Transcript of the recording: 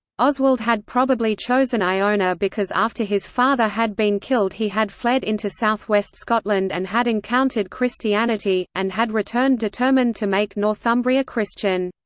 oswald had probably chosen iona because after his father had been killed he had fled into south-west scotland and had encountered christianity, and had returned determined to make northumbria christian.